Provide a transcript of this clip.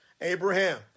Abraham